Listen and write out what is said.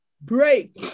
break